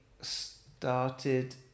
started